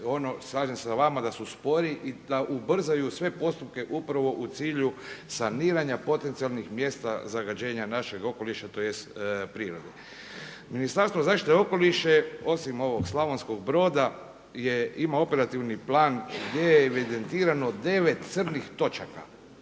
slažem sa vama da su spori i da ubrzaju sve postupke upravo u cilju saniranja potencijalnih mjesta zagađenja našeg okoliša, tj. prirode. Ministarstvo zaštite okoliša je osim ovog Slavonskog Broda ima operativni plan gdje je evidentirano 9 crnih točaka.